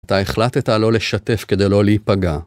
אתה החלטת לא לשתף כדי לא להיפגע.